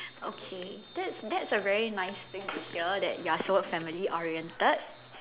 okay that's that's a very nice thing to hear that you're so family oriented